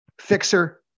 fixer